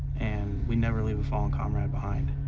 and we never leave a fallen comrade behind.